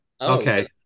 Okay